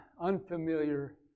unfamiliar